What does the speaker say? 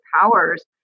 powers